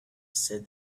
said